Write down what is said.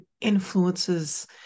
influences